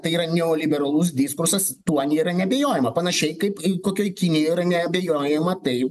tai yra neoliberalus diskursas tuo yra neabejojama panašiai kaip kokioj kinijoj yra neabejojama tai